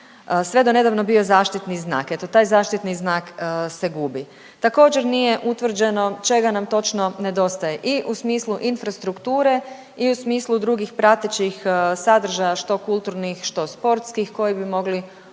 sve do nedavno bio zaštitni znak. Eto taj zaštitni znak se gubi. Također nije utvrđeno čega nam točno nedostaje i u smislu infrastrukture i u smislu drugih pratećih sadržaja što kulturnih, što sportskih koji bi mogli obogatiti